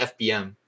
FBM